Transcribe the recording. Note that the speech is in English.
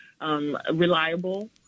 reliable